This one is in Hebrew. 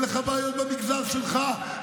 אין לך בעיות במגזר שלך?